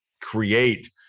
create